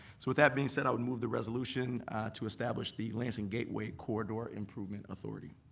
so with that being said, i would move the resolution to establish the lansing gateway corridor improvement authority.